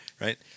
right